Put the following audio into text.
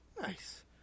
Nice